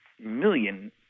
million